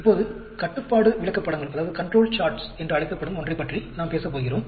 இப்போது கட்டுப்பாடு விளக்கப்படங்கள் என்று அழைக்கப்படும் ஒன்றைப் பற்றி நாம் பேசப் போகிறோம்